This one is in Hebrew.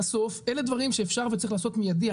בסוף אלה דברים שאפשר וצריך לעשות מיידית,